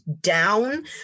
down